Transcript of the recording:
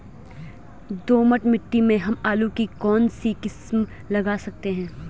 दोमट मिट्टी में हम आलू की कौन सी किस्म लगा सकते हैं?